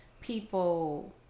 people